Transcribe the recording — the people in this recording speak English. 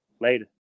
later